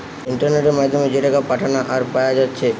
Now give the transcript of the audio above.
ইন্টারনেটের মাধ্যমে যে টাকা পাঠানা আর পায়া যাচ্ছে